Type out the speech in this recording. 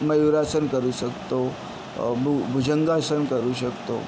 मयूरासन करू शकतो भू भूजंगासन करू शकतो